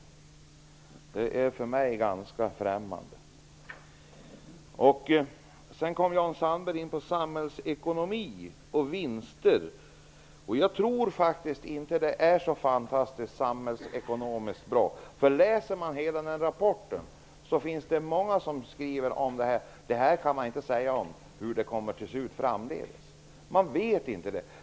Det är för mig ganska främmande. Sedan kommer Jan Sandberg in på samhällsekonomi och vinster. Jag tror inte att Dennispaketet är så fantastiskt bra för samhällsekonomin. Den som läser hela den här rapporten finner att många skriver att man inte kan säga hur det kommer att se ut framdeles -- det vet man inte.